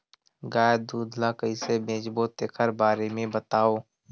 गाय दूध ल कइसे बेचबो तेखर बारे में बताओ?